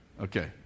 Okay